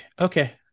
okay